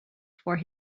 for